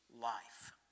life